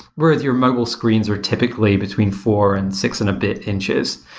whereas your mobile screens are typically between four and six and a bit inches.